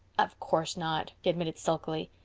of course not, he admitted sulkily.